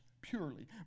Purely